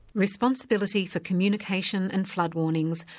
responsibility for communication and flood warnings,